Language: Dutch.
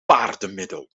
paardenmiddel